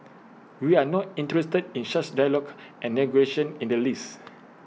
we are not interested in such dialogue and negotiations in the least